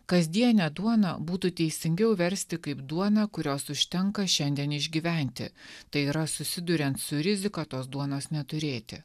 kasdienę duoną būtų teisingiau versti kaip duona kurios užtenka šiandien išgyventi tai yra susiduriant su rizika tos duonos neturėti